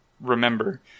remember